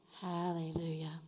Hallelujah